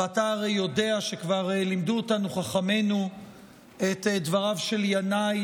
ואתה הרי יודע שכבר לימדו אותנו חכמינו את דבריו של ינאי